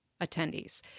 attendees